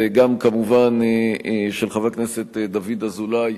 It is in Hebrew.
וגם כמובן של חבר הכנסת דוד אזולאי,